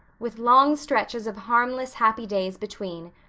with long stretches of harmless, happy days between,